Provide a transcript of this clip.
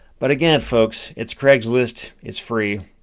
but again folks, it's craigslist. it's free.